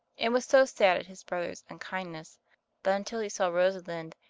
and was so sad at his brother's unkindness that until he saw rosalind,